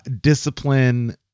discipline